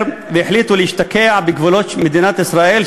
והחליטו להשתקע בגבולות של מדינת ישראל,